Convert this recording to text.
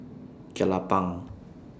Jelapang